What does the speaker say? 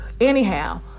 Anyhow